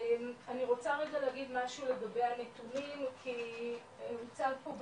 אני רוצה להגיד משהו לגבע הנתונים כי הוצג פה,